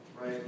right